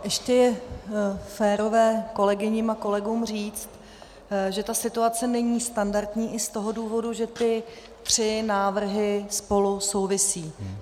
Ještě je férové kolegyním a kolegům říct, že ta situace není standardní i z toho důvodu, že ty tři návrhy spolu souvisejí.